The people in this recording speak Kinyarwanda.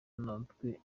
natwe